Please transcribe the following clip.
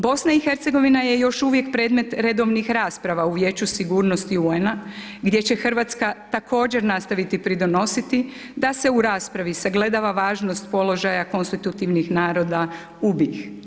BIH je još uvijek predmet redovnih rasprava u Vijeću sigurnosti UN-a gdje će Hrvatska također nastaviti pridonositi da se u raspravi sagledava važnost položaja konstitutivnih naroda u BIH.